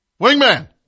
Wingman